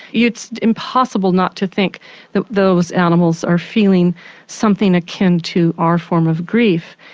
it's impossible not to think that those animals are feeling something akin to our form of grief.